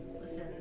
Listen